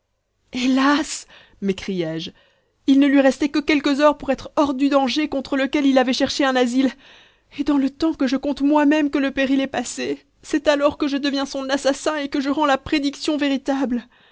hélas m'écriai-je il ne lui restait que quelques heures pour être hors du danger contre lequel il avait cherché un asile et dans le temps que je compte moi-même que le péril est passé c'est alors que je deviens son assassin et que je rends la prédiction véritable